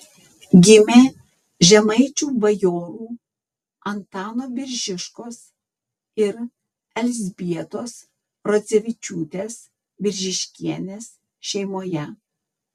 gimė žemaičių bajorų antano biržiškos ir elzbietos rodzevičiūtės biržiškienės šeimoje